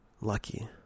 lucky